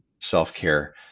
self-care